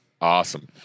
awesome